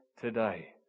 today